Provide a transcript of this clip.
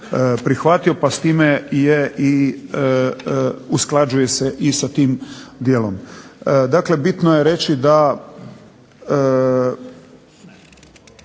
prihvatio pa s time je i usklađuje se i sa tim dijelom. Dakle, bitno je reći da